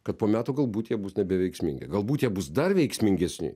kad po metų galbūt jie bus nebeveiksmingi galbūt jie bus dar veiksmingesni